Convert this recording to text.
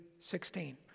16